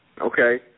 Okay